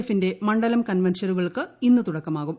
എഫിന്റെ മണ്ഡലം കൺവെൻഷനുകൾക്ക് ഇന്ന് തുടക്കമാകും